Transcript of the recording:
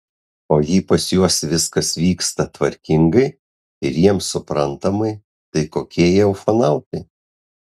o jei pas juos viskas vyksta tvarkingai ir jiems suprantamai tai kokie jie ufonautai